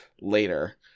later